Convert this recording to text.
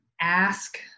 ask